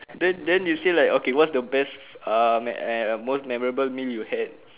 then then you say like okay what's the best ah me~ most memorable meal you had